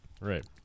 Right